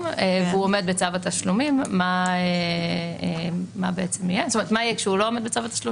והוא עומד בצו התשלומים ומה יהיה כשהוא לא עומד בו.